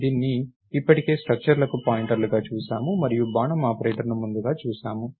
మనము దీన్ని ఇప్పటికే స్ట్రక్చర్లకు పాయింటర్లుగా చూశాము మరియు బాణం ఆపరేటర్ను ముందుగా చూసాము